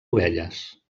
ovelles